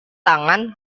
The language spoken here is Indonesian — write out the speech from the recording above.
tangan